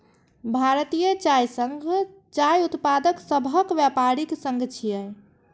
भारतीय चाय संघ चाय उत्पादक सभक व्यापारिक संघ छियै